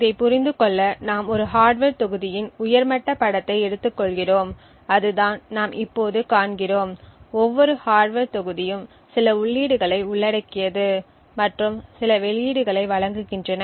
இதைப் புரிந்து கொள்ள நாம் ஒரு ஹார்ட்வர் தொகுதியின் உயர் மட்ட படத்தை எடுத்துக்கொள்கிறோம் அதுதான் நாம் இப்போது காண்கிறோம் ஒவ்வொரு ஹார்ட்வர் தொகுதியும் சில உள்ளீடுகளை உள்ளடக்கியது மற்றும் சில வெளியீடுகளை வழங்குகின்றன